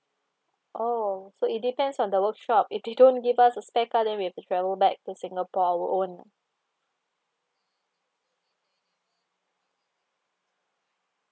oh so it depends on the workshop if they don't give us a spare car then we have to travel back to singapre our own ah